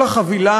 כל החבילה